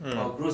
mm